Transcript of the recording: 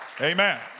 amen